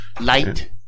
Light